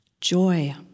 Joy